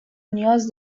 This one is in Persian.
نیاز